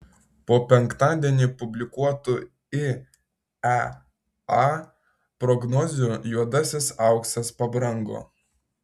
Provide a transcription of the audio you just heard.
po penktadienį publikuotų iea prognozių juodasis auksas pabrango